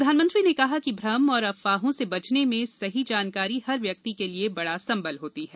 प्रधानमंत्री ने कहा कि भ्रम और अफवाहों से बचने में सही जानकारी हर व्यक्ति के लिए बड़ा सम्बल होती है